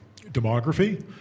demography